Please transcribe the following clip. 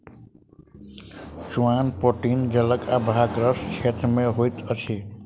चुआन पटौनी जलक आभावग्रस्त क्षेत्र मे होइत अछि